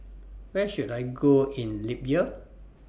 Where should I Go in Libya